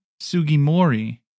Sugimori